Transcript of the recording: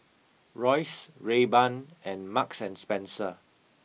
Royce Rayban and Marks and Spencer